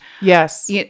Yes